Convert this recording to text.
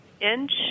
inch